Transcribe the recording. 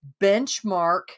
benchmark